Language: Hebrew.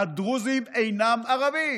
הדרוזים אינם ערבים.